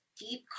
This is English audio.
deep